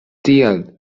tial